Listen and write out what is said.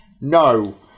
No